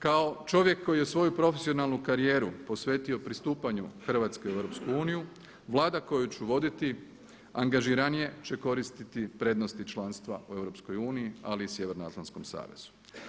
Kao čovjek koji je svoju profesionalnu karijeru posvetio pristupanju Hrvatske u EU, Vlada koju ću voditi angažiranije će koristiti prednosti članstva u EU, ali i Sjevernoatlantskom savezu.